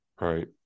Right